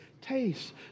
taste